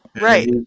right